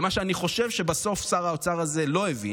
ומה שאני חושב שבסוף שר האוצר הזה לא הבין,